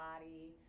body